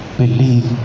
believe